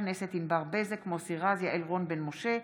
ענבר בזק, מוסי רז, יעל רון בן משה,